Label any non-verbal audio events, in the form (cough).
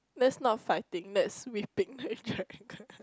that's not fighting that's sweeping (laughs) the dragon